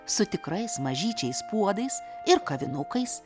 su tikrais mažyčiais puodais ir kavinukais